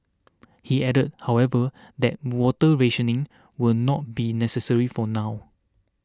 he added however that water rationing will not be necessary for now